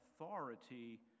authority